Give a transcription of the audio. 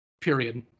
Period